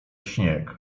śnieg